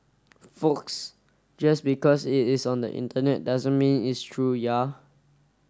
folks just because it is on the Internet doesn't mean it's true ya